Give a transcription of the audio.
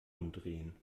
umdrehen